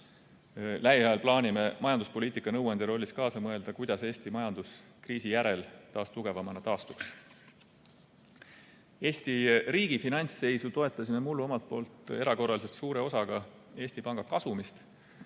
Lähiajal plaanime majanduspoliitika nõuandja rollis kaasa mõelda, kuidas Eesti majandus kriisi järel taas tugevamana taastuks. Eesti riigi finantsseisu toetasime mullu omalt poolt erakorraliselt suure osaga Eesti Panga kasumist.